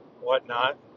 whatnot